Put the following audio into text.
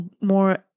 more